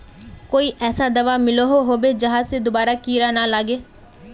कोई ऐसा दाबा मिलोहो होबे जहा से दोबारा कीड़ा ना लागे?